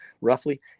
roughly